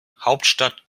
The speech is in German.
hauptstadt